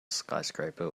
skyscraper